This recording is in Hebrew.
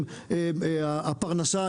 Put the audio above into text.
הפרנסה,